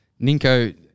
Ninko